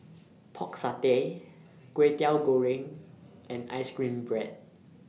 Pork Satay Kway Teow Goreng and Ice Cream Bread